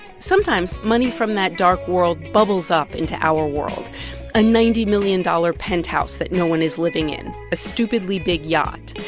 sometimes money from that dark world bubbles up into our world a ninety million dollars penthouse that no one is living in, a stupidly big yacht.